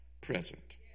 present